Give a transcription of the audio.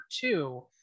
two